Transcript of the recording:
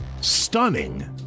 stunning